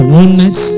oneness